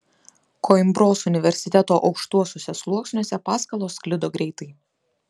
koimbros universiteto aukštuosiuose sluoksniuose paskalos sklido greitai